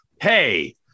hey